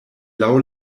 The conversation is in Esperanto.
laŭ